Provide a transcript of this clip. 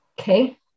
Okay